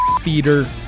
feeder